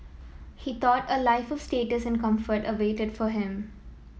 he thought a life of status and comfort awaited for him